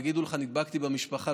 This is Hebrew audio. יגידו לך: נדבקתי במשפחה.